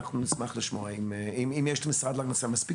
נשמח לשמוע אם יש למשרד להגנת הסביבה מספיק